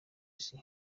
isi